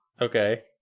Okay